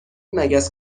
مگس